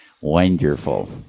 Wonderful